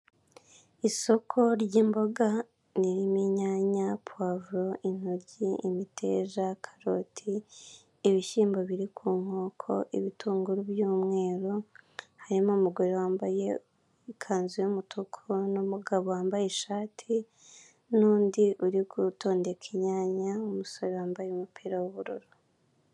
Isoko ry'imboga ririmo inyanya, puwavuro, intoryi, imiteja, karoti, ibishyimbo biri ku nkoko, ibitunguru by'umweru harimo umugore wambaye ikanzu yumutuku n'umugabo wambaye ishati n'undi uri gutondeka inyanya w'umusore wambaye umupira w'ubururu.